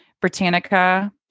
Britannica